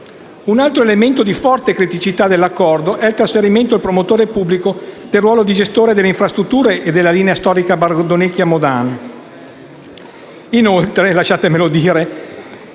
Un altro elemento di forte criticità dell'Accordo è il trasferimento al promotore pubblico del ruolo di gestore di infrastruttura della linea storica Bardonecchia-Modane.